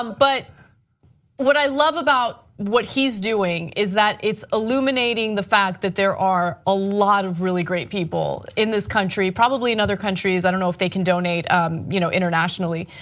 um but what i love about what he's doing is that it's illuminating the fact that there are a lot of really great people in this country, probably in other countries, i don't know if they can donate um you know internationally,